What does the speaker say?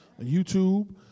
YouTube